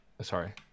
sorry